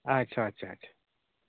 ᱟᱪᱪᱷᱟ ᱟᱪᱪᱷᱟ ᱟᱪᱪᱷᱟ